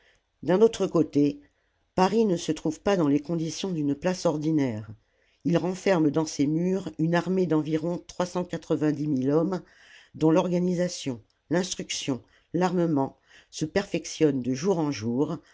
d'un autre côté paris ne se trouve pas dans les conditions d'une place ordinaire il renferme dans ses murs une armée denviron hommes dont l'organisation l'instruction l'armement se perfectionnent de jour en jour